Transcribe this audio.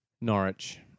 Norwich